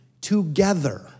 together